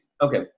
Okay